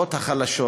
לשכבות החלשות,